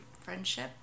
friendship